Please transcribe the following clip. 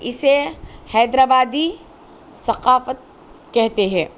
اسے حیدرآبادی ثقافت کہتے ہے